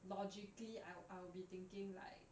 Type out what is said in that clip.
logically I'll I'll be thinking like